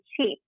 cheap